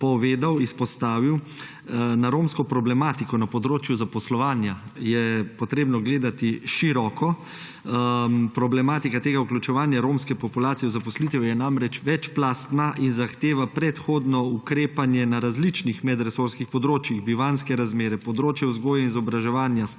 povedal, izpostavil. Na romsko problematiko na področju zaposlovanja je treba gledati široko. Problematika tega vključevanja romske populacije v zaposlitev je namreč večplastna in zahteva predhodno ukrepanje na različnih medresorskih področjih: bivanjske razmere, področje vzgoje in izobraževanja,